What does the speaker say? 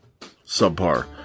subpar